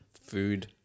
Food